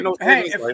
Hey